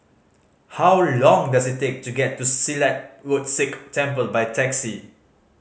how long does it take to get to Silat Road Sikh Temple by taxi